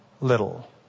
little